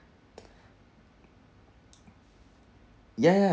ya ya